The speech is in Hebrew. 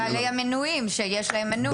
גם בעלי המנויים, שיש להם מנוי.